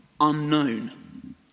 unknown